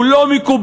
הוא לא מקובל,